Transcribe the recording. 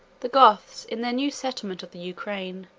the goths, in their new settlement of the ukraine,